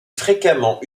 fréquemment